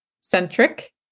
centric